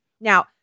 Now